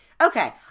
Okay